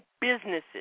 businesses